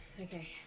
Okay